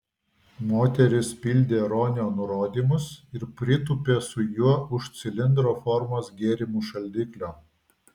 moteris pildė ronio nurodymus ir pritūpė su juo už cilindro formos gėrimų šaldiklio